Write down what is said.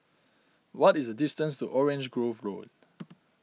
what is distance Orange Grove Road